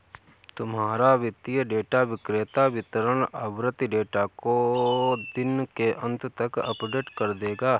तुम्हारा वित्तीय डेटा विक्रेता वितरण आवृति डेटा को दिन के अंत तक अपडेट कर देगा